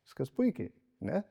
viskas puikiai ne